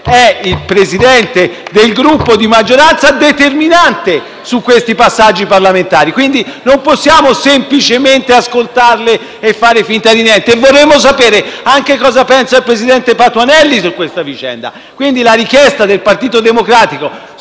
è il Presidente del Gruppo di maggioranza determinante su questi passaggi parlamentari. Quindi, non possiamo semplicemente ascoltare e fare finta di niente; vorremmo anche sapere cosa pensa il presidente Patuanelli di questa vicenda. Quindi, la richiesta del Partito Democratico,